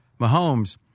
Mahomes